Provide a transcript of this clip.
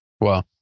Wow